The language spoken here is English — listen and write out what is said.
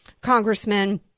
Congressman